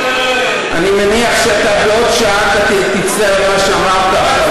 אני מניח שבעוד שעה תצטער על מה שאמרת.